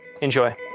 Enjoy